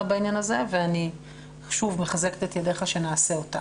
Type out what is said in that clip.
בעניין הזה ואני שוב מחזקת את ידיך שנעשה אותה.